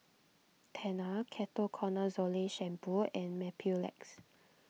Tena Ketoconazole Shampoo and Mepilex